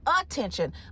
attention